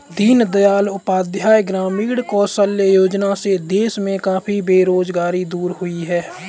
दीन दयाल उपाध्याय ग्रामीण कौशल्य योजना से देश में काफी बेरोजगारी दूर हुई है